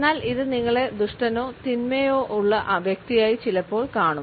എന്നാൽ ഇത് നിങ്ങളെ ദുഷ്ടനോ തിന്മയോ ഉള്ള വ്യക്തിയായി ചിലപ്പോൾ കാണും